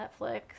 Netflix